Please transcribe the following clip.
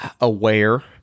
aware